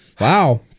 Wow